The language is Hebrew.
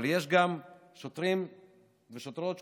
אבל יש גם שוטרים ושוטרות שקופים,